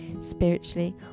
spiritually